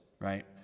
right